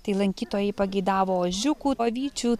tai lankytojai pageidavo ožiukų avyčių